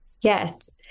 yes